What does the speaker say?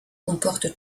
comporte